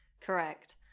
Correct